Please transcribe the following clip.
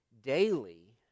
daily